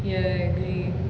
ya I agree